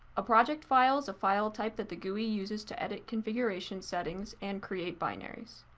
a project file is a file type that the gui uses to edit configuration settings and create binaries.